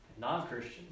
non-Christian